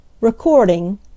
Recording